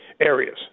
areas